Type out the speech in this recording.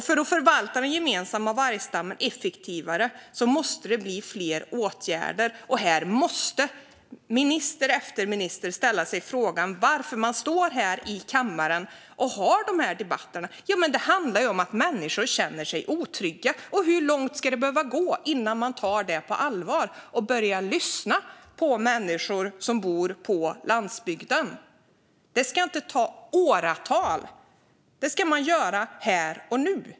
För att förvalta den gemensamma vargstammen effektivare måste det bli fler åtgärder. Här måste minister efter minister ställa sig frågan varför vi har dessa debatter här i kammaren. Det handlar ju om att människor känner sig otrygga. Hur långt ska det behöva gå innan man tar detta på allvar och börjar lyssna på människor som bor på landsbygden? Det ska inte ta åratal. Det ska man göra här och nu.